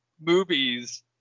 movies